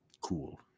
Cool